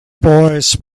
boys